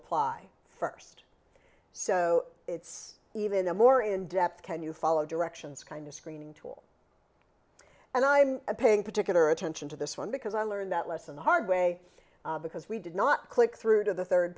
apply first so it's even a more in depth can you follow directions kind of screening tool and i'm paying particular attention to this one because i learned that lesson the hard way because we did not click through to the third